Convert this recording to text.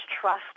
trust